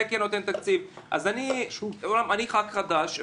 זה לא נותן תקציב אומנם אני ח"כ חדש,